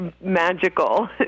magical